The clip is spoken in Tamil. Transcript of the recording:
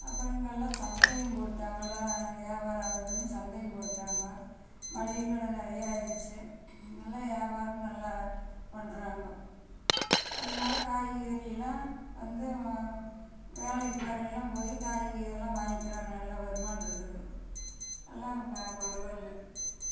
அப்புறம் இங்கேல்லாம் சந்தையும் போட்டாங்கள வியபாரம் ஆகுதுன்னு சந்தையும் போட்டாங்க மளிகை கடை நிறைய ஆயிருச்சு நல்ல வியாபாரமும் நல்லா பண்ணுறாங்கோ அதனால காய் கறியெல்லாம் வந்து வேலைக்கு போறையில போய் காய் இதெல்லாம் வாங்கிக்கிறாங்க நல்லா வருமானருக்குது எல்லாம் ப பரவாயில்ல